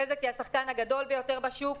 בזק היא השחקן הגדול ביותר בשוק,